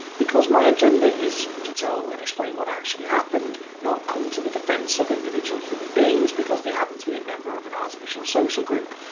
because my agenda is to tell and explain what actually happened, not come to the defence of individual human beings because they happen to be a member of an artificial social group.